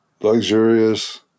Luxurious